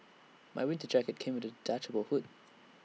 my winter jacket came with A detachable hood